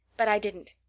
but i didn't.